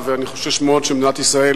אז אני מקווה שהתוצאות היום